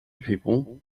people